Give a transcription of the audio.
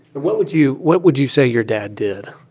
what would you what would you say your dad did?